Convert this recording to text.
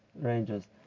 ranges